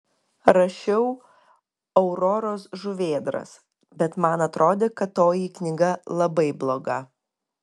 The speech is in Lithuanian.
rašiau auroros žuvėdras bet man atrodė kad toji knyga labai bloga